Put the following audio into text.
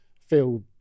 feel